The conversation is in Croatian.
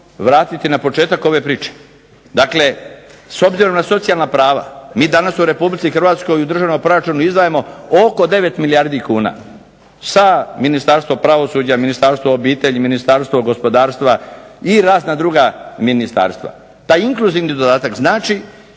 vratiti na početak ove priče, dakle s obzirom na socijalna prava mi danas u RH u državnom proračunu izdvajamo oko 9 milijardi kuna. Sa Ministarstvom pravosuđa, Ministarstvom obitelji, Ministarstvom gospodarstva i razna druga ministarstva. Taj inkluzivni dodatak znači